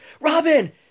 Robin